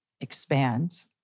expands